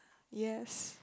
yes